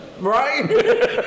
Right